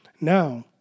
Now